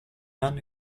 anni